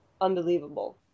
unbelievable